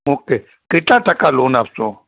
okay કેટલાં ટકા loan આપશો